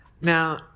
Now